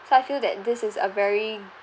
so I feel that this is a very